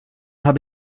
habe